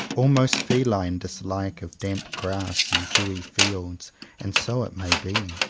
almost feline dislike of damp grass and dewy fields and so it may be.